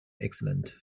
excellent